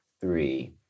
three